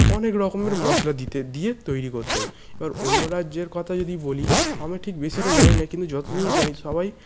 অনেক রকমের মশলা দিতে দিয়ে তৈরি করতে হয় এবার অন্য রাজ্যের কথা যদি বলি আমি ঠিক বেশিটা জানি না কিন্তু যতদূর জানি সবাই